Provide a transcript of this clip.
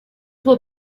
will